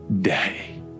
day